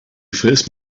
first